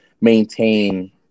maintain